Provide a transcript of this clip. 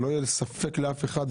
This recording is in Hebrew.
שלא יהיה ספק לאף אחד,